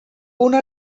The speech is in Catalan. una